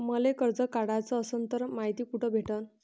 मले कर्ज काढाच असनं तर मायती कुठ भेटनं?